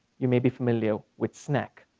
you may be familiar with snac,